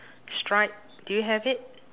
stripe do you have it